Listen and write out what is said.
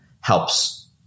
helps